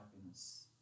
happiness